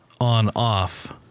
on-off